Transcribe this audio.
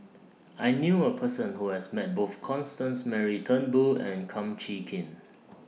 I knew A Person Who has Met Both Constance Mary Turnbull and Kum Chee Kin